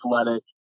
athletic